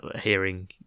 hearing